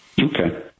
Okay